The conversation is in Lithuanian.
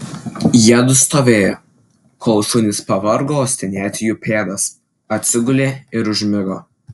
jiedu stovėjo kol šunys pavargo uostinėti jų pėdas atsigulė ir užmigo